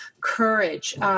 courage